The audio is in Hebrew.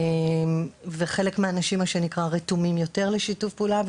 חלק מהאנשים יותר רתומים לשיתוף פעולה,